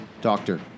Doctor